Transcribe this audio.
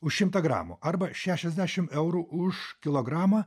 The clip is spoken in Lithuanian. už šimtą gramų arba šešiasdešim eurų už kilogramą